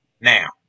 now